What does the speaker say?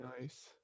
Nice